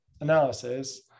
analysis